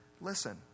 Listen